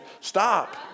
Stop